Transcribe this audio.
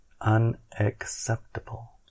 unacceptable